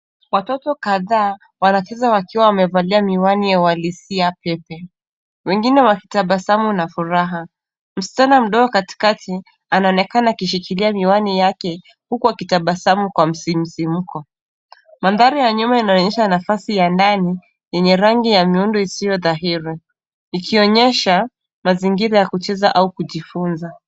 Watoto kathaa, wanakiza wakiwa wamevalia miwani ya walisia pepe. Wengine wakitabasamu na furaha. Msichana mdogo katikati anaonekana akishikilia miwani yake, huku akitabasamu kwa msisimuko. Mandhari ya nyuma inaonyesha nasafi ya ndani yenye rangi ya miundo isiyo dahiri. Ikionyesha mazingira ya kucheza au kujifunza.